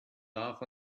laugh